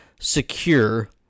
secure